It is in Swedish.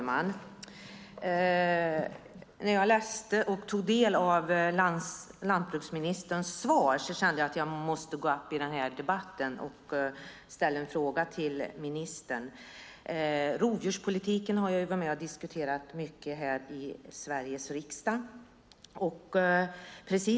Fru talman! När jag tog del av landsbygdsministerns svar kände jag att jag måste gå upp i debatten och ställa en fråga till honom. Rovdjurspolitiken har vi diskuterat mycket i Sveriges riksdag.